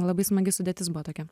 labai smagi sudėtis buvo tokia